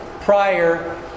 prior